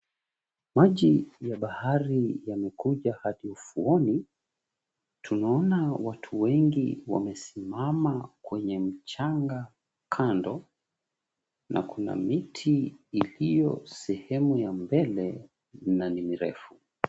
Maji ya bahari yamekuja hadi ufuoni. Tunaona watu wengi wamesimama kwenye mchanga kando, na kuna miti iliyo sehemu ya mbele, na ni mirefu.